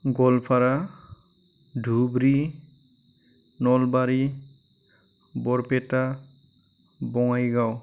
Goalpara Dhubri Nalbari Barpeta Bongaigaon